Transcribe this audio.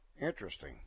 Interesting